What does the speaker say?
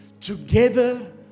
together